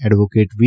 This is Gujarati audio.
એડવોકેટ વી